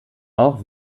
auch